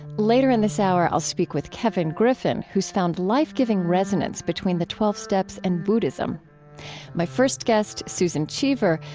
later in this hour, i'll speak with kevin griffin, who's found life-giving resonance between the twelve steps and buddhism my first guest, susan cheever,